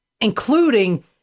including